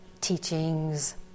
teachings